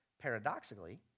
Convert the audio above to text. Paradoxically